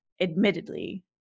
admittedly